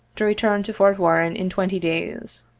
to return to fort warren in twenty days.